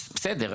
בסדר.